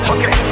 Okay